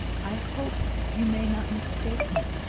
i hope you may not mistake me.